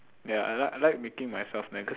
ya I like I like making myself nega~